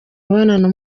mibonano